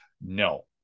no